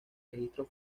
registro